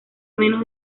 menos